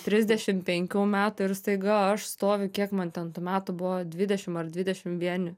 trisdešim penkių metų ir staiga aš stoviu kiek man ten tų metų buvo dvidešim ar dvidešim vieni